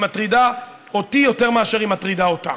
היא מטרידה אותי יותר מאשר היא מטרידה אותך,